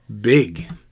big